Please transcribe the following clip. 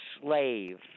slave